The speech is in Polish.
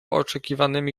oczekiwanymi